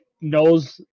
knows